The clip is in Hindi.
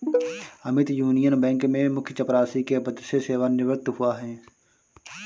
अमित यूनियन बैंक में मुख्य चपरासी के पद से सेवानिवृत हुआ है